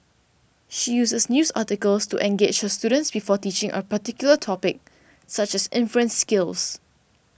she uses news articles to engage her students before teaching a particular topic such as inference skills